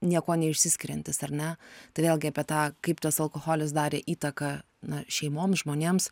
niekuo neišsiskiriantis ar ne tai vėlgi apie tą kaip tas alkoholis darė įtaką na šeimom žmonėms